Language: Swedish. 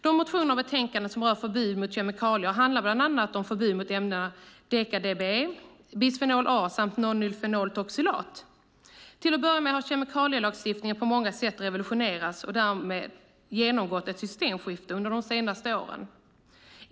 De motioner i betänkandet som berör förbud mot kemikalier handlar bland annat om förbud mot ämnena deka-BDE, bisfenol A samt nonylfenoletoxilat. Till att börja med har kemikalielagstiftningen på många sätt revolutionerats och därmed genomgått ett systemskifte under de senaste åren.